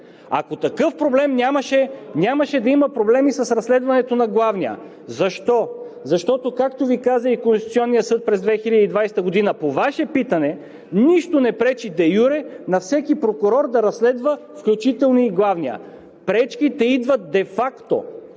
Ако такъв проблем нямаше, нямаше да има проблеми с разследването на главния. Защо? Защото, както Ви каза и Конституционният съд през 2020 г. – по Ваше питане, нищо не пречи де юре на всеки прокурор да разследва, включително и главния. Пречките идват де факто